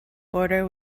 border